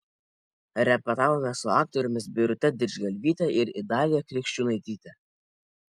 repetavome su aktorėmis birute didžgalvyte ir idalija krikščiūnaityte